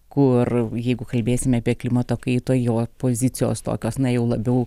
kur jeigu kalbėsime apie klimato kaitą jo pozicijos tokios na jau labiau